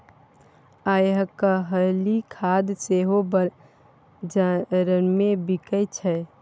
आयकाल्हि खाद सेहो बजारमे बिकय छै